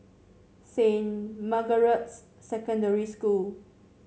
Saint Margaret's Secondary School